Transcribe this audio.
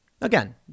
Again